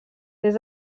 des